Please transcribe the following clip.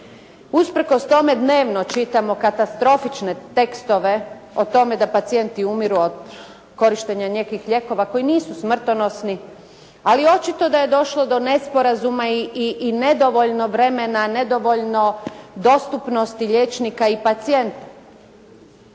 Usprkos tome dnevno čitamo katastrofične tekstove o tome da pacijenti umiru od korištenja nekih lijekova koji nisu smrtonosni. Ali očito da je došlo do nesporazuma i nedovoljno vremena, nedovoljno dostupnosti liječnika i pacijenta.